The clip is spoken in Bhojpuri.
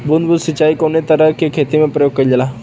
बूंद बूंद सिंचाई कवने तरह के खेती में प्रयोग कइलजाला?